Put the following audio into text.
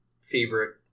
favorite